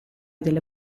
della